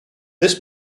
this